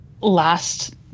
last